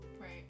Right